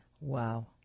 Wow